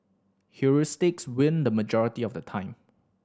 heuristics win the majority of the time